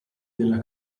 della